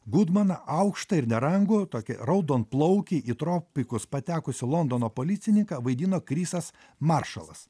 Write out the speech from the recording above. gudmaną aukštą ir nerangų tokį raudonplaukį į tropikus patekusio londono policininką vaidino krisas maršalas